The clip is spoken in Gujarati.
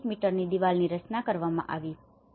1 મીટરની દીવાલોની રચના કરવામાં આવી હતી